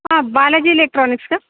हां बालाजी इलेक्ट्रॉनिक्स का